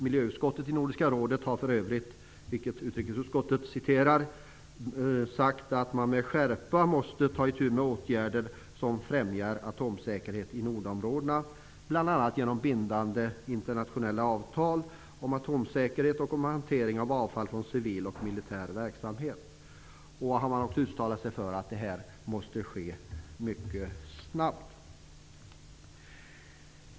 Miljöutskottet i Nordiska rådet har för övrigt, vilket utrikesutskottet citerar, sagt att man med skärpa måste ta itu med åtgärder som främjar atomsäkerheten i nordområdena, bl.a. genom bindande internationella avtal om atomsäkerhet och om hantering av avfall från civil och militär verksamhet. Man har också uttalat sig för att det här måste ske mycket snabbt.